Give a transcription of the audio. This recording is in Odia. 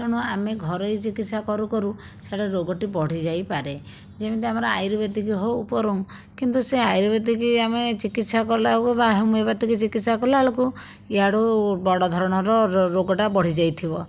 ତେଣୁ ଆମେ ଘରୋଇ ଚିକିତ୍ସା କରୁ କରୁ ସିଆଡ଼େ ରୋଗଟି ବଢ଼ି ଯାଇପାରେ ଯେମିତି ଆମର ଆୟୁର୍ବେଦିକ ହେଉ ବରଂ କିନ୍ତୁ ସେ ଆୟୁର୍ବେଦିକ ଆମେ ଚିକିତ୍ସା କଲାବେଳେକୁ ବା ହୋମିଓପାଥିକ୍ ଚିକିତ୍ସା କଲାବେଳକୁ ଇଆଡ଼ୁ ବଡ଼ ଧରଣର ର ରୋଗଟା ବଢ଼ିଯାଇଥିବ